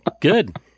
Good